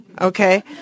okay